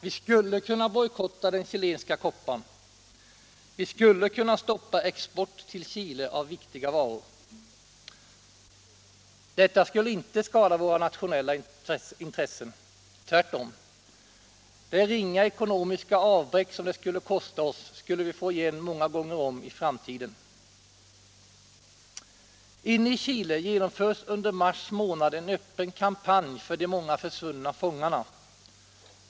Vi skulle kunna bojkotta den chilienska kopparn. Vi skulle kunna stoppa export till Chile av viktiga varor. Det skulle inte skada våra nationella intressen. Tvärtom! Det ringa ekonomiska avbräck som det skulle vålla oss skulle vi reparera många gånger om i framtiden. Inne i Chile genomförs i mars månad en öppen kampanj för de många försvunna fångarna.